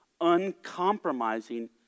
uncompromising